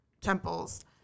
temples